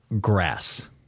grass